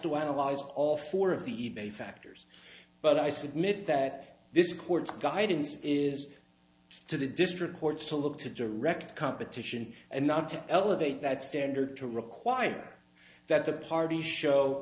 to analyze all four of the e bay factors but i submit that this court's guidance is to the district courts to look to direct competition and not to elevate that standard to require that the party show